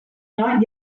not